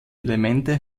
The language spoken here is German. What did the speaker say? elemente